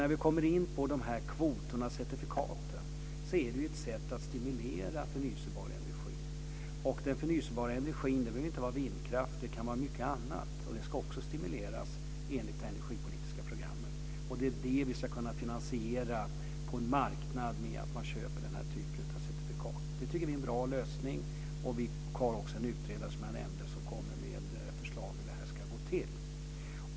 När vi kommer in på kvoterna och certifikaten är det ju ett sätt att stimulera förnybar energi. Den förnybara energin behöver inte vara vindkraft, utan det kan vara mycket annat. Och det ska också stimuleras enligt det energipolitiska programmet. Det är det som vi ska kunna finansiera på en marknad där man köper den här typen av certifikat. Det tycker vi är en bra lösning. Vi har också en utredare, som jag nämnde, som kommer med förslag om hur det här ska gå till.